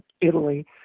Italy